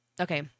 okay